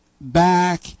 back